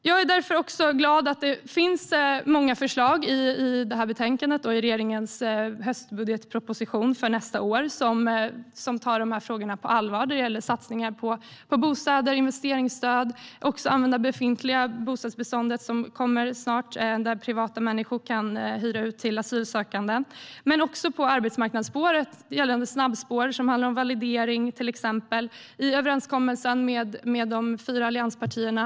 Jag är därför glad att det finns många förslag i betänkandet och i regeringens höstbudgetproposition för nästa år. Där tar man frågorna på allvar när det gäller satsningar på bostäder och investeringsstöd. Det handlar också om att använda det befintliga bostadsbeståndet. Det kommer snart förslag om att privatpersoner kan hyra ut till asylsökande. Det handlar även om arbetsmarknaden och snabbspår när det gäller validering, till exempel, i överenskommelsen med de fyra allianspartierna.